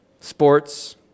Sports